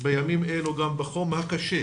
בימים אלו גם בחום הקשה,